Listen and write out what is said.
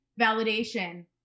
validation